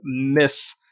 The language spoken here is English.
miss